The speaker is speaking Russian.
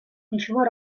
ключевой